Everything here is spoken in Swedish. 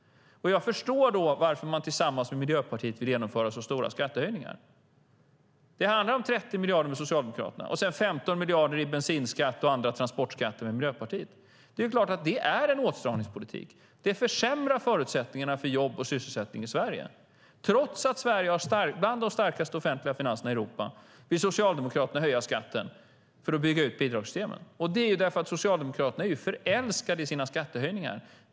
Jag förstår då varför man tillsammans med Miljöpartiet vill genomföra så stora skattehöjningar. Det handlar om 30 miljarder med Socialdemokraterna och sedan 15 miljarder i bensinskatt och andra transportskatter med Miljöpartiet. Det är klart att det är en åtstramningspolitik. Det försämrar förutsättningarna för jobb och sysselsättning i Sverige. Trots att Sverige har bland de starkaste offentliga finanserna i Europa vill Socialdemokraterna höja skatten för att bygga ut bidragssystemen. Det beror på att Socialdemokraterna är förälskade i sina skattehöjningar.